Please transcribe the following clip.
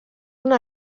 una